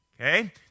Okay